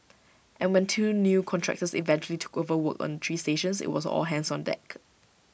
and when two new contractors eventually took over work on three stations IT was all hands on deck